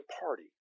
party